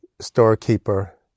storekeeper